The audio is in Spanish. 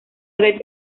red